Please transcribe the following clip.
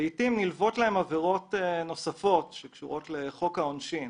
לעיתים נלוות להן עבירות נוספות שקשורות לחוק העונשין.